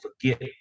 forget